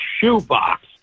shoebox